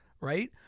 right